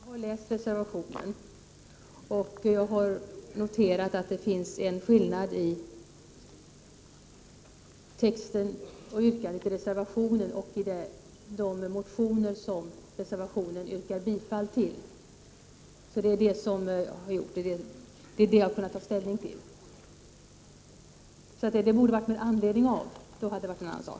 Herr talman! Jag jag har läst reservationen. Jag har noterat att det finns en skillnad mellan yrkandet och texten i reservationen jämfört med de motioner som reservanterna yrkar bifall till. Det är motionerna som jag har grundat mitt ställningstagande på. Om reservanterna i stället för att yrka bifall till motionen, hade begärt ett tillkännagivande med anledning av motionen, då hade det varit en annan sak.